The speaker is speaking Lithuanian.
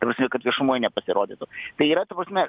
ta prasme kad viešumoj nepasirodytų tai yra ta prasme